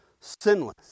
sinless